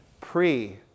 pre